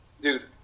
dude